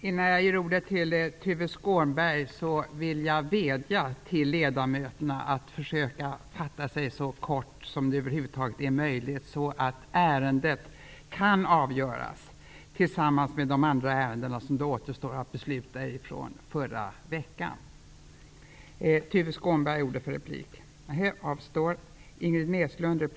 Innan jag ger ordet till nästa talare vill jag vädja till ledamöterna att försöka fatta sig så kort som det över huvud taget är möjligt, så att detta ärende kan avgöras, tillsammans med de ärenden från förra veckan som återstår att besluta om.